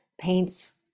paints